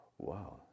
wow